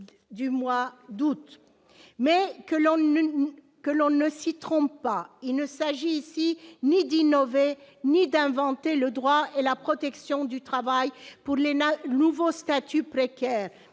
du mois d'août. Mais que l'on ne s'y trompe pas : il ne s'agit ici ni d'innover ni d'inventer le droit et la protection du travail pour les nouveaux statuts précaires,